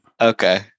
Okay